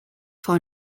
for